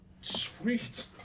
Sweet